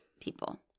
people